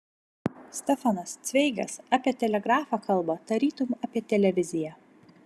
stefanas cveigas apie telegrafą kalba tarytum apie televiziją